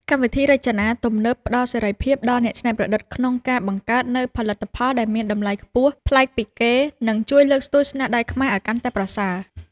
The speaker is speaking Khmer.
កម្មវិធីរចនាទំនើបផ្តល់សេរីភាពដល់អ្នកច្នៃប្រឌិតក្នុងការបង្កើតនូវផលិតផលដែលមានតម្លៃខ្ពស់ប្លែកពីគេ និង ជួយលើកស្ទួយស្នាដៃខ្មែរឱ្យកាន់តែប្រសើរ។